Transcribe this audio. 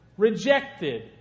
rejected